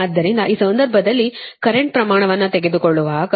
ಆದ್ದರಿಂದ ಆ ಸಂದರ್ಭದಲ್ಲಿ ಕರೆಂಟ್ ಪ್ರಮಾಣವನ್ನು ತೆಗೆದುಕೊಳ್ಳುವಾಗ